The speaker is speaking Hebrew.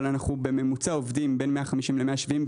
אבל בממוצע אנחנו עובדים בין 150 ל-170 ימים,